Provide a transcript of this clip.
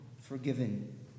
forgiven